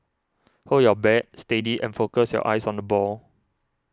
hold your bat steady and focus your eyes on the ball